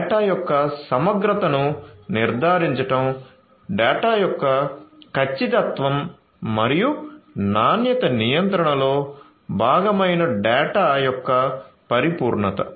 data యొక్క సమగ్రతను నిర్ధారించడం డేటా యొక్క ఖచ్చితత్వం మరియు నాణ్యత నియంత్రణలో భాగమైన డేటా యొక్క పరిపూర్ణత